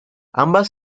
ambas